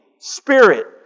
spirit